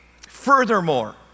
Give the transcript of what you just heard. Furthermore